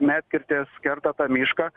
medkirtės kerta tą mišką